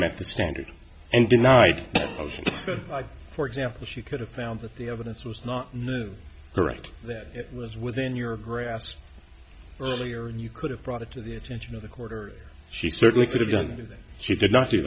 the standard and denied for example she could have found that the evidence was not correct that was within your grasp earlier and you could have brought it to the attention of the quarter she certainly could have done it she did not